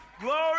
Glory